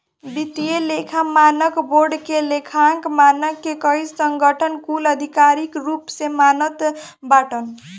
वित्तीय लेखा मानक बोर्ड के लेखांकन मानक के कई संगठन कुल आधिकारिक रूप से मानत बाटन